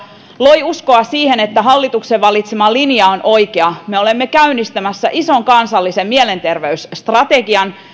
loi uskoa siihen että hallituksen valitsema linja on oikea me olemme käynnistämässä ison kansallisen mielenterveysstrategian